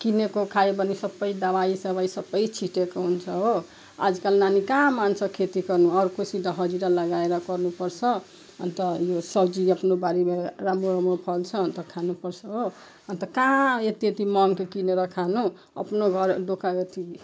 किनेको खायो भने सबै दबाईसबाई सबै छिटेको हुन्छ हो आजकाल नानी कहाँ मान्छ खेती गर्नु अर्कोसित हजिरा लगाएर गर्नुपर्छ अन्त यो सब्जी आफ्नो बारीमा राम्रो राम्रो फल्छ अन्त खानुपर्छ हो अन्त कहाँ यति यति महँगो किनेर खानु हो अपनो घर ढोका अथी